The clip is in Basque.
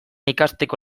ikasteko